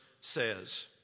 says